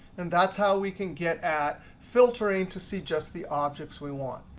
and that's how we can get at filtering to see just the objects we want.